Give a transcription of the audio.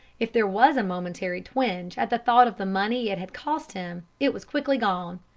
if there was a momentary twinge at the thought of the money it had cost him, it was quickly gone.